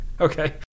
Okay